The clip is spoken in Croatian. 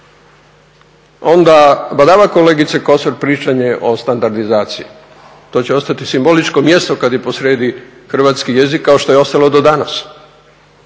onda badava kolegice Kosor pričanje o standardizaciji, to će ostati simboličko mjesto kada je po srijedi hrvatski jezik kao što je ostalo do danas.